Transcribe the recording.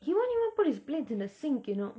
he won't even put his plates in the sink you know